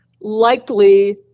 likely